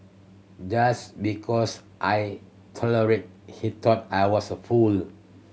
just because I tolerated he thought I was a fool